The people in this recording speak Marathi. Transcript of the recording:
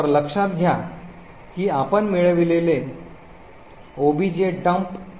तर लक्षात घ्या की आपण मिळविलेले objdump compiler कडून आहे